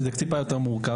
זה קצת יותר מורכב.